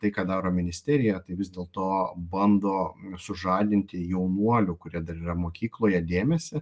tai ką daro ministerija tai vis dėlto bando sužadinti jaunuolių kurie dar yra mokykloje dėmesį